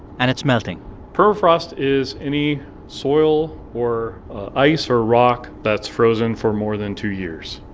and it's melting permafrost is any soil or ice or rock that's frozen for more than two years,